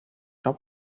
jean